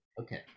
Okay